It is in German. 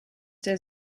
der